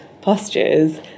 postures